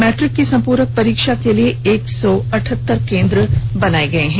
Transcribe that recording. matric की संपूरक परीक्षा के लिए एक सौ अठहत्तर केंद्र बनाए गए हैं